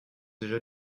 déjà